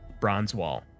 Bronzewall